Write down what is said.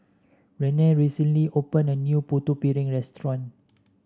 Renae recently opened a new Putu Piring Restaurant